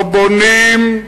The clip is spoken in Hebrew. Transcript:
לא בונים,